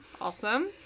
Awesome